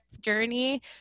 journey